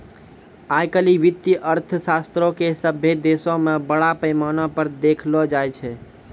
आइ काल्हि वित्तीय अर्थशास्त्रो के सभ्भे देशो मे बड़ा पैमाना पे देखलो जाय छै